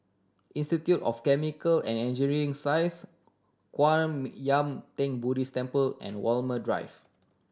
Institute of Chemical and Engineering Science Kwan Yam Theng Buddhist Temple and Walmer Drive